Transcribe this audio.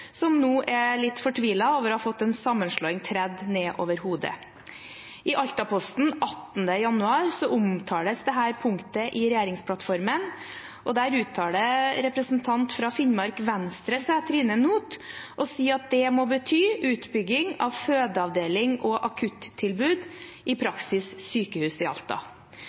som nå er litt fortvilet over å ha fått en sammenslåing tredd ned over hodet. I Altaposten 18. januar omtales dette punktet i regjeringsplattformen, og der uttaler en representant fra Finnmark Venstre seg, Trine Noodt, og sier at det må bety utbygging av fødeavdeling og akuttilbud, i praksis et sykehus i Alta.